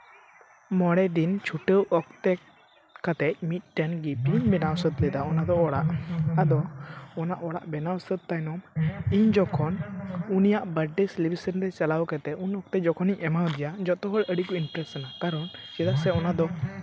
ᱢᱚᱬᱮ ᱫᱤᱱ ᱪᱷᱩᱴᱟᱹᱣ ᱚᱠᱛᱮ ᱠᱟᱛᱮᱜ ᱢᱤᱫᱴᱮᱱ ᱜᱮ ᱵᱟᱹᱧ ᱵᱮᱱᱟᱣ ᱥᱟᱹᱛ ᱞᱮᱫᱟ ᱚᱱᱟ ᱫᱚ ᱚᱲᱟᱜ ᱟᱫᱚ ᱚᱱᱟ ᱚᱲᱟᱜ ᱵᱮᱱᱟᱣ ᱥᱟᱹᱛ ᱛᱟᱭᱱᱚᱢ ᱤᱧ ᱡᱚᱠᱷᱚᱱ ᱩᱱᱤᱭᱟᱜ ᱵᱟᱨᱛᱷ ᱰᱮ ᱥᱤᱞᱤᱵᱨᱮᱥᱚᱱ ᱨᱮ ᱪᱟᱞᱟᱣ ᱠᱟᱛᱮᱜ ᱩᱱ ᱚᱠᱛᱮ ᱡᱚᱠᱷᱚᱱ ᱤᱧ ᱮᱢᱟᱣ ᱫᱮᱭᱟ ᱡᱚᱛᱚ ᱦᱚᱲ ᱟᱹᱰᱤ ᱠᱚ ᱤᱢᱯᱨᱮᱹᱥ ᱮᱱᱟ ᱠᱟᱨᱚᱱ ᱪᱮᱫᱟᱜ ᱥᱮ ᱚᱱᱟ ᱫᱚ